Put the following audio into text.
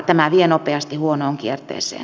tämä vie nopeasti huonoon kierteeseen